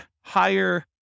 higher